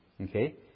okay